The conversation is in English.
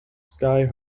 sky